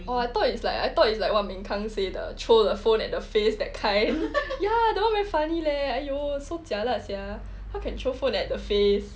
oh I thought it's like I thought it's like what ming kang say the throw the phone at the face that kind ya that [one] very funny leh !aiyo! so jialat sia how can throw phone at the face